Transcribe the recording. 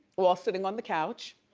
while sitting on the couch.